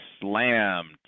slammed